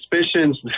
suspicions